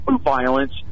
violence